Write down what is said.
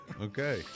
Okay